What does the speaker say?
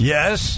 Yes